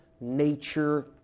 nature